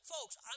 Folks